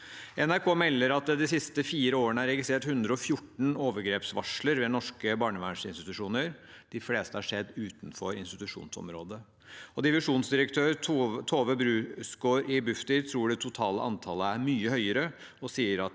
NRK melder at det de siste fire årene er registrert 114 overgrepsvarsler ved norske barnevernsinstitusjoner. De fleste har skjedd utenfor institusjonsområdet. Divisjonsdirektør Tove Bruusgaard i Bufdir tror det totale antallet er mye høyere, og sier de